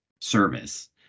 service